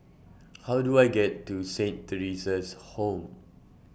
How Do I get to Saint Theresa's Home